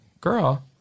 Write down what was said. girl